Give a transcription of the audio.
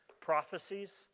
prophecies